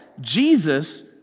Jesus